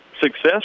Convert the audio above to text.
success